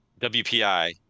WPI